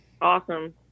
Awesome